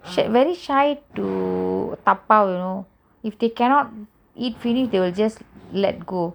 shit shy to dabao you know if they cannot eat finish they will just let go